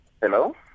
Hello